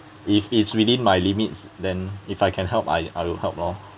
if it's within my limits then if I can help I I will help lor